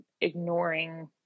ignoring